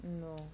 No